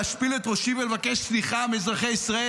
להשפיל את ראשי ולבקש סליחה מאזרחי ישראל